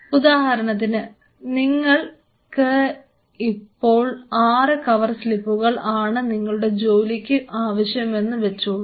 ഉദാഹരണത്തിന് നിങ്ങൾക്ക് ഇപ്പോൾ ആറ് കവർ സ്ലിപ്പുകൾ ആണ് നിങ്ങളുടെ ജോലിക്ക് ആവശ്യമെന്ന് വെച്ചോളു